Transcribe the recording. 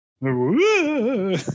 Woo